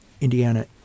Indiana